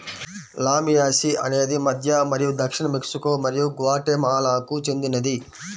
లామియాసి అనేది మధ్య మరియు దక్షిణ మెక్సికో మరియు గ్వాటెమాలాకు చెందినది